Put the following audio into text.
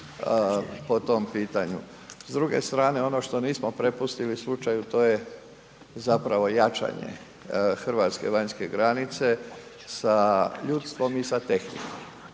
po tom pitanju. S druge strane ono što nismo prepustili slučaju to je zapravo jačanje hrvatske vanjske granice sa ljudstvom i sa tehnikom.